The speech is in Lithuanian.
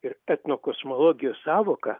ir etnokosmologijos sąvoka